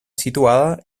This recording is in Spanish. situada